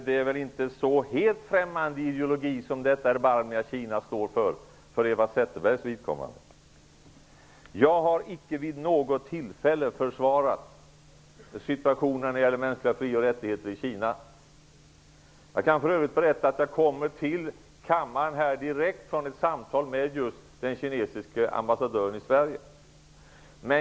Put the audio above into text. Det är väl inte en helt främmande ideologi som detta erbarmeliga Kina står för för Eva Zetterbergs vidkommande? Jag har icke vid något tillfälle försvarat situationen när det gäller mänskliga fri och rättigheter i Kina. Jag kan för övrigt berätta att jag kom till kammaren direkt från ett samtal med just den kinesiske ambassadören i Sverige.